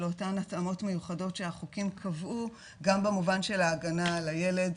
אותן התאמות מיוחדות שהחוקים קבעו גם במובן של ההגנה על הילד,